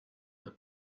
the